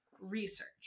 research